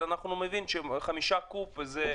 אבל אנחנו מבינים ש-5 קובע שזה